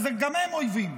אז גם הם אויבים.